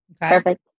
Perfect